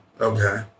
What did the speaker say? Okay